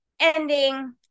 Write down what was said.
ending